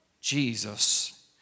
Jesus